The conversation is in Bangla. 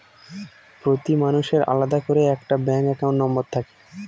প্রতি মানুষের আলাদা করে একটা ব্যাঙ্ক একাউন্ট নম্বর থাকে